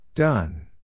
Done